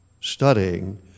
studying